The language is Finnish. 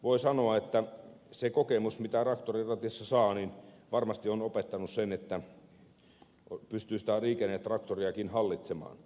voi sanoa että se kokemus mitä traktorin ratissa saa varmasti on opettanut sen että pystyy sitä liikennetraktoriakin hallitsemaan